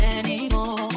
anymore